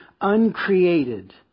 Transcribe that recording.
uncreated